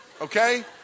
okay